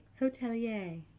Hotelier